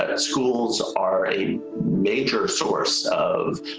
ah schools are a major source of